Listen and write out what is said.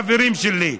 חברים שלי,